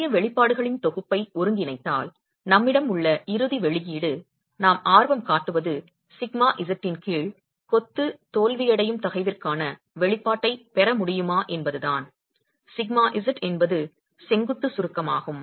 முந்தைய வெளிப்பாடுகளின் தொகுப்பை ஒருங்கிணைத்தால் நம்மிடம் உள்ள இறுதி வெளியீடு நாம் ஆர்வம் காட்டுவது σz இன் கீழ் கொத்து தோல்வியடையும் தகைவிற்கான வெளிப்பாட்டைப் பெற முடியுமா என்பதுதான் σz என்பது செங்குத்து சுருக்கமாகும்